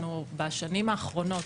אנחנו בשנים האחרונות,